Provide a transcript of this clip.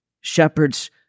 shepherds